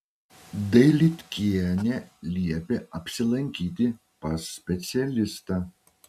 dailydkienė liepė apsilankyti pas specialistą